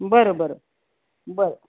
बरं बरं बरं